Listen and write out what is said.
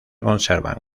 conservan